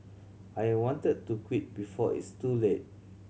I wanted to quit before it's too late